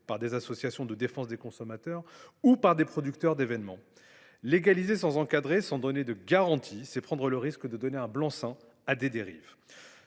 par des associations de défense des consommateurs ou par des producteurs d’événements. Légaliser sans encadrer, sans offrir de garanties, c’est prendre le risque de donner un blanc seing à des dérives.